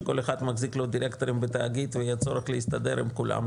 שכל אחד מחזיק לו דירקטורים בתאגיד ויהיה צורך להסתדר עם כולם,